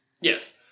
Yes